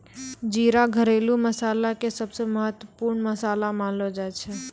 जीरा घरेलू मसाला के सबसॅ महत्वपूर्ण मसाला मानलो जाय छै